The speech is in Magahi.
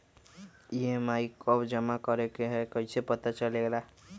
ई.एम.आई कव जमा करेके हई कैसे पता चलेला?